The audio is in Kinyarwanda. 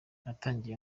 natangiye